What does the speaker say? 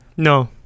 No